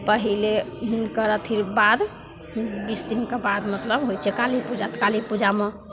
पहिले हिनकर अथी बाद बीस दिनके बाद मतलब होइ छै काली पूजा तऽ काली पूजामे